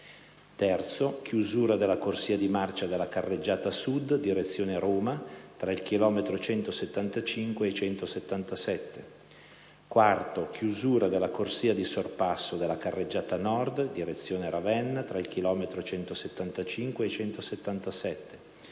chiusura della corsia di marcia della carreggiata sud (direzione Roma) tra il chilometro 175+800 e il chilometro 177+300; chiusura della corsia di sorpasso della carreggiata nord (direzione Ravenna) tra il chilometro 175+800